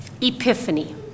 Epiphany